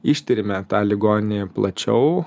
ištiriame tą ligonį plačiau